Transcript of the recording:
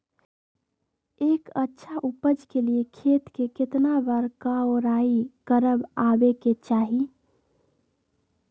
एक अच्छा उपज के लिए खेत के केतना बार कओराई करबआबे के चाहि?